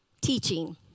teaching